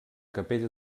capella